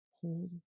hold